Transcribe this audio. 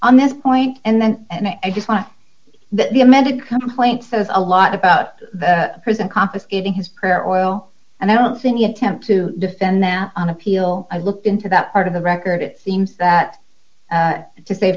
on this point and i just want the amended complaint says a lot about the person confiscating his prayer oil and i don't see any attempt to defend that on appeal i looked into that part of the record it seems that to save